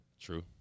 True